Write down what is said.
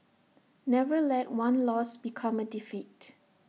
never let one loss become A defeat